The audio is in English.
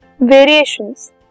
variations